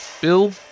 Bill